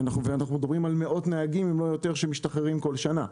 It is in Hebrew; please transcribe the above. אנחנו מדברים על מאות נהגים אם לא יותר שמשתחררים כל שנה.